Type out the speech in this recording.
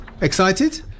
Excited